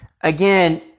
again